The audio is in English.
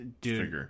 Dude